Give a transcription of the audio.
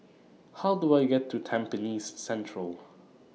How Do I get to Tampines Central